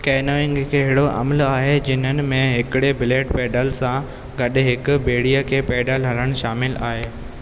canoeing हिकु अहिड़ो अमल आहे जिन्हनि में हिकिड़े ब्लेड पैडल सां गडु॒ हिकु बे॒ड़ीअ खे पैडल हणणु शामिलु आहे